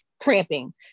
cramping